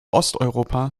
osteuropa